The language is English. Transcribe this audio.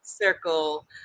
Circle